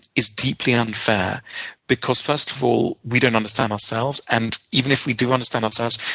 is deeply unfair because first of all, we don't understand ourselves, and even if we do understand ourselves,